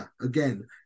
Again